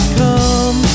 come